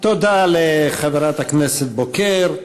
תודה לחברת הכנסת בוקר.